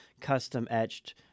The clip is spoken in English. custom-etched